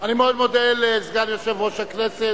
אני מאוד מודה לסגן יושב-ראש הכנסת